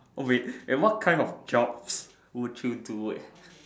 oh wait eh what kind of jobs would you do eh